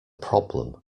problem